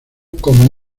como